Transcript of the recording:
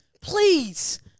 please